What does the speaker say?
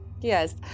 yes